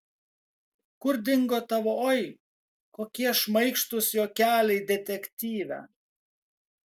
kur dingo tavo oi kokie šmaikštūs juokeliai detektyve